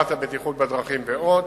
הגברת הבטיחות בדרכים ועוד.